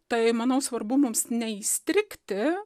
tai manau svarbu mums neįstrigti